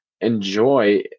enjoy